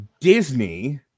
Disney